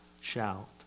shout